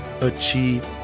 achieve